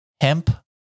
hemp